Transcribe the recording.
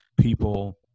people